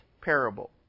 parable